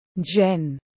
Jen